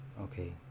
Okay